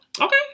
Okay